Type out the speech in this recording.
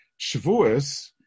Shavuos